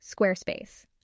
Squarespace